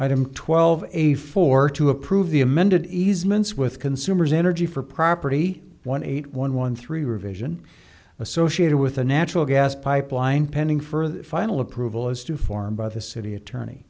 item twelve a fourth to approve the amended easements with consumers energy for property one eight one one three revision associated with a natural gas pipeline pending further final approval as to form by the city attorney